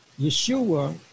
Yeshua